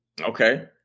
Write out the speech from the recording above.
Okay